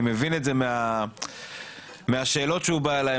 אני מבין את זה מהשאלות שהוא בא אלי,